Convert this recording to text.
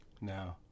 No